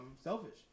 selfish